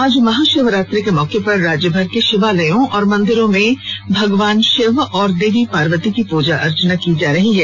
आज महाशिवरात्रि के मौके पर राज्यभर के शिवालयों और मंदिरों में भगवान शिव और माता पार्वती की पूजा अर्चना की जा रही है